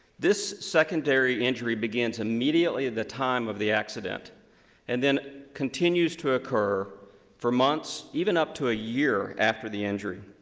this secondary injury begins immediately at the time of the accident and then continues to occur for months, even up to a year after the injury.